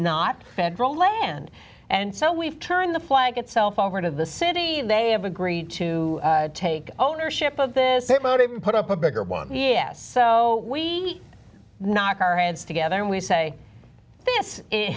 not federal land and so we've turned the flag itself over to the city they have agreed to take ownership of this emotive and put up a bigger one yes so we knock our heads together and we say